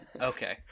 Okay